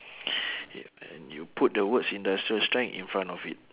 K when you put the words industrial strength in front of it